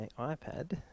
iPad